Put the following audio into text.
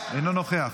אינו נוכח,